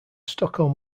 stockholm